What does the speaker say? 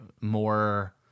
more